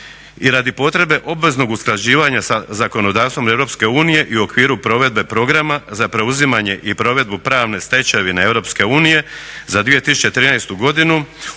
i radi potrebe obveznog usklađivanja sa zakonodavstvom EU i okviru provedbe programa za preuzimanje i provedbu pravne stečevine EU za 2013.godinu.